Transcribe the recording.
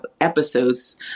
episodes